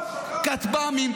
כטב"מים,